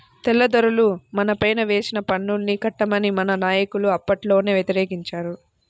తెల్లదొరలు మనపైన వేసిన పన్నుల్ని కట్టమని మన నాయకులు అప్పట్లోనే వ్యతిరేకించారు